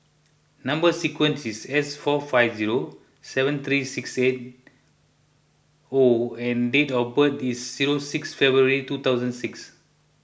Number Sequence is S four five zero seven three six eight O and date of birth is zero six February two thousand six